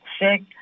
sick